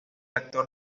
actor